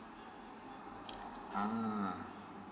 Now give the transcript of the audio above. ah